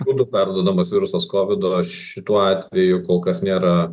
būdu perduodamas virusas kovido šituo atveju kol kas nėra